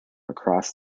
across